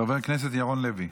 חבר הכנסת ירון לוי.